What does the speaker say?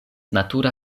natura